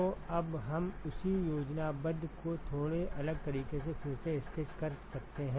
तो अब हम उसी योजनाबद्ध को थोड़े अलग तरीके से फिर से स्केच कर सकते हैं